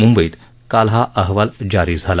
मुंबईत काल हा अहवाल जारी झाला